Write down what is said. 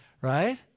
Right